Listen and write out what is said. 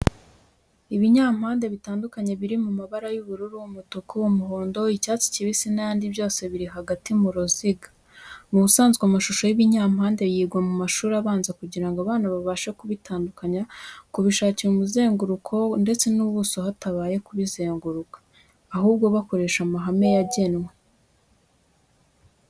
Ibinyampande bitandukanye biri mu mabara y'ubururu, umutuku, umuhondo, icyatsi kibisi n'ayandi, byose biri hagati mu ruziga. Mu busanzwe amashusho y'ibinyampande yigwa mu mashuri abanza kugira ngo abana babashe kubitandukanya, kubishakira umuzenguruko ndetse n'ubuso hatabaye kubizenguruka, ahubwo bakoresha amahame yagenwe.